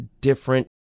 different